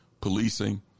policing